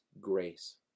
grace